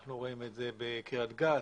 אנחנו רואים את זה בקריית גת,